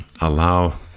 allow